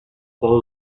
all